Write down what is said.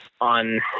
on